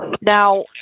now